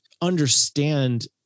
understand